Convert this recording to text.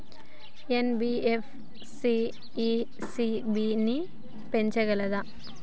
NBFC ECB ని పెంచగలదా?